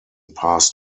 passed